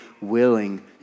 willing